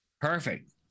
Perfect